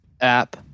app